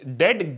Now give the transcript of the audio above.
dead